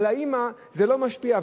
על האמא זה לא משפיע.